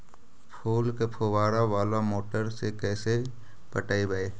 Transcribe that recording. फूल के फुवारा बाला मोटर से कैसे पटइबै?